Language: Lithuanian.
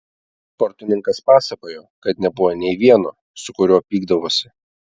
sportininkas pasakojo kad nebuvo nei vieno su kuriuo pykdavosi